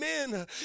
amen